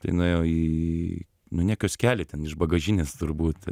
tai nuėjo į nu ne kioskelį ten iš bagažinės turbūt